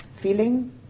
feeling